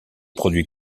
produits